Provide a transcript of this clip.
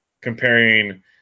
comparing